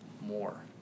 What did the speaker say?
more